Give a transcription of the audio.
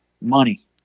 money